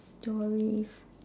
stories